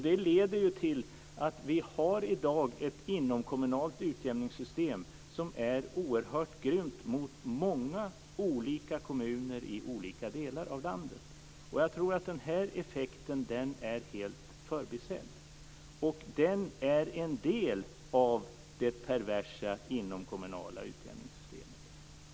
Det leder till att vi i dag har ett inomkommunalt utjämningssystem som är oerhört grymt mot många olika kommuner i olika delar av landet. Jag tror att den här effekten är helt förbisedd. Den är en del av det perversa inomkommunala utjämningssystemet.